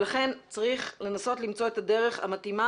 לכן צריך לנסות למצוא את הדרך המתאימה